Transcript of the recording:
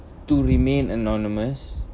to remain anonymous